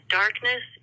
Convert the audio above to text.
darkness